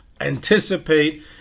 anticipate